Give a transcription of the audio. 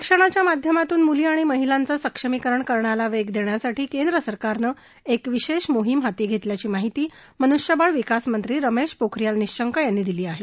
शिक्षणाच्या माध्यमातून मुली आणि महिलांचं सक्षमीकरण करण्याला वेग देण्यासाठी केंद्र सरकारनं एक विशेष मोहीम हाती घेतल्याची माहिती मनुष्यबळ विकास मंत्री रमेश पोखरीयाल निशंक यांनी दिली आहे